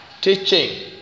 teaching